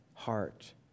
Heart